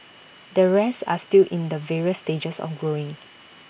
the rest are still in the various stages of growing